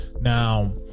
Now